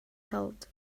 held